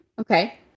Okay